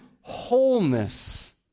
wholeness